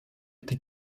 die